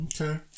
Okay